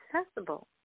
accessible